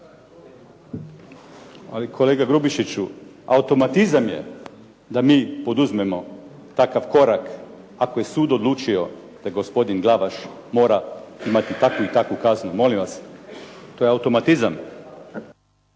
Kolega Grubišić, automatizam je da mi poduzmemo takav korak ako je sud odlučio da gospodin Glavaš mora imati takvu i takvu kaznu. Molim vas, to je automatizam.